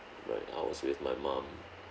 like I was with my mum